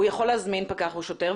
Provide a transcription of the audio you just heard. הוא יכול להזמין פקח או שוטר,